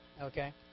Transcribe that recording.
Okay